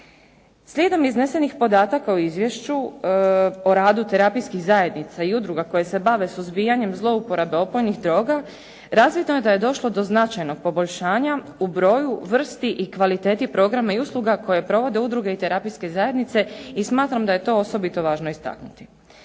Slijedom iznesenih podataka o izvješću o radu terapijskih zajednica i udruga koje se bave suzbijanjem zlouporabe opojnih droga razvidno je da je došlo do značajnog poboljšanja u broju, vrsti i kvaliteti programa i usluge koje provode udruge i terapijske zajednice i smatram da je to osobito važno istaknuti.